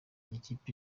ikipe